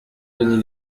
denis